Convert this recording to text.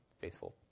faithful